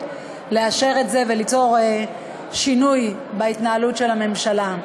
לאשר את זה וליצור שינוי בהתנהלות הממשלה.